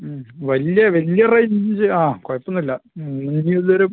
ഉം വലിയ വലിയ റേഞ്ച് ആ കുഴപ്പമൊന്നുമില്ല ഉം ഇനി ഇതൊരു